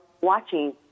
watching